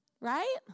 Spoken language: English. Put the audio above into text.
Right